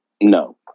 no